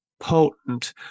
potent